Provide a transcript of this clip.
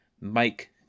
Mike